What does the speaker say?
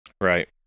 Right